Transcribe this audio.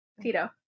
Tito